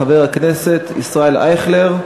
חברי, אנחנו עוברים להצעת החוק הבאה: